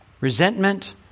resentment